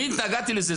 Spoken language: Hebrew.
אני התנגדתי לזה.